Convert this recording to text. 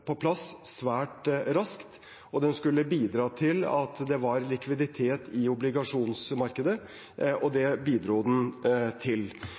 på plass svært raskt, og den skulle bidra til at det var likviditet i obligasjonsmarkedet – og det bidro den til.